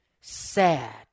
sad